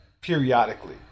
periodically